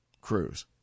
Cruz